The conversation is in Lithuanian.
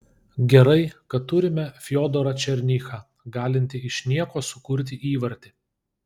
gerai kad turime fiodorą černychą galintį iš nieko sukurti įvartį